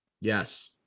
Yes